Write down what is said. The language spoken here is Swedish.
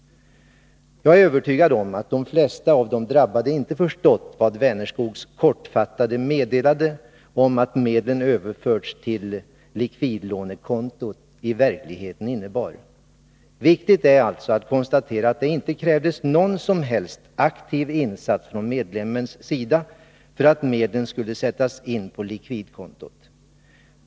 Jag är övertygad om att de flesta av de drabbade inte förstått vad Vänerskogs kortfattade meddelande om att medlen överförts till likvidlånekonto i verkligheten innebar. Viktigt är alltså att konstatera att det inte krävdes någon som helst aktiv insats från medlemmens sida för att medlen skulle sättas in på likvidlånekontot.